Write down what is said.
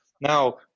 Now